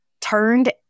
turned